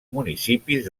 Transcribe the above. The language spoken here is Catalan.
municipis